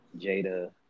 Jada